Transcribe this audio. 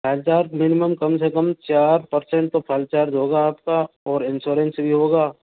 file charge minimum कम से कम चार परसेंट तो फाइल चार्ज होगा आपका और इंश्योरेंस भी होगा